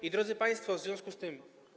I, drodzy państwo, w związku z tym.